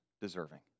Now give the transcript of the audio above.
deserving